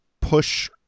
push